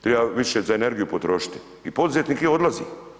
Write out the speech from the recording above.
Treba više za energiju potrošiti i poduzetnik odlazi.